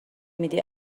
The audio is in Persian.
میدی